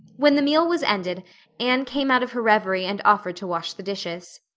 when the meal was ended anne came out of her reverie and offered to wash the dishes.